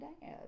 dad